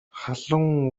халуун